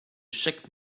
chaque